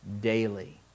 daily